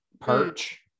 Perch